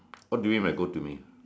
what do you mean by go to me